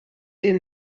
den